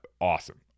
awesome